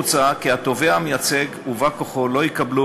מוצע כי התובע המייצג ובא-כוחו לא יקבלו